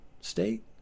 State